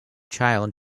child